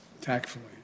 tactfully